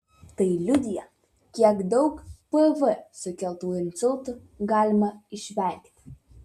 tai liudija kiek daug pv sukeltų insultų galima išvengti